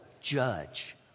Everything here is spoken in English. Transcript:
judge